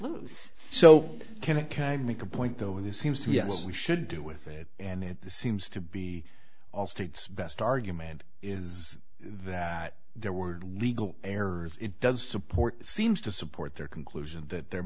lose so can it kind of make a point though in this seems to be what we should do with it and it seems to be all states best argument is that there were legal errors it does support seems to support their conclusion that there